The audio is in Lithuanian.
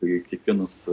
beveik kiekvienas